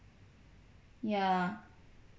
ya